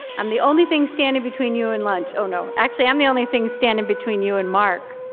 i'm the only thing standing between you and lunch. you know actually i'm the only thing standing between you and mark,